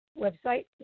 website